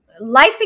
Life